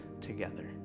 together